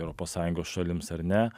europos sąjungos šalims ar ne